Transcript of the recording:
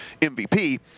MVP